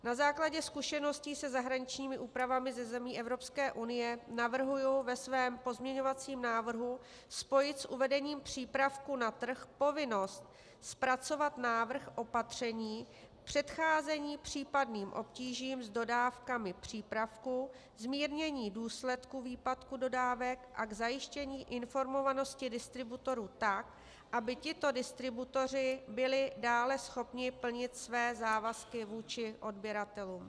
Na základě zkušeností se zahraničními úpravami ze zemí Evropské unie navrhuji ve svém pozměňovacím návrhu spojit s uvedením přípravku na trh povinnost zpracovat návrh opatření k předcházení případným obtížím s dodávkami přípravku, zmírnění důsledku výpadku dodávek a k zajištění informovanosti distributorů tak, aby tito distributoři byli dále schopni plnit své závazky vůči odběratelům.